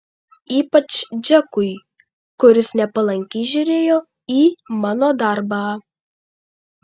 ypač džekui kuris nepalankiai žiūrėjo į mano darbą